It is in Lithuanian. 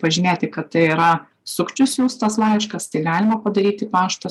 pažymėti kad tai yra sukčių siųstas laiškas tai galima padaryti pašto